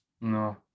No